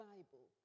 Bible